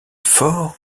fort